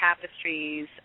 tapestries